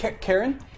Karen